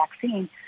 vaccine